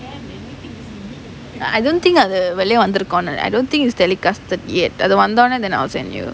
I don't think அது வெளிய வந்திருக்குன்னு:athu veliya vanthirukkunu I don't think it's telecasted yet அது வந்தோன:athu vanthona then I'll send you